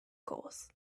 course